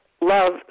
love